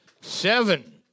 seven